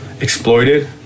exploited